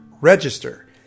register